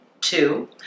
Two